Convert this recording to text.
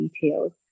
details